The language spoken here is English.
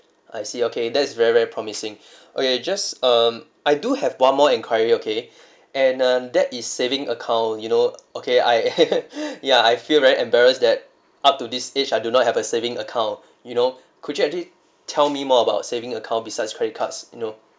I see okay that is very very promising okay just um I do have one more enquiry okay and um that is saving account you know okay I ya I feel very embarrassed that up to this age I do not have a saving account you know could you actually tell me more about saving account besides credit cards you know